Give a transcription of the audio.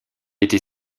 était